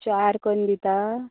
चार करून दिता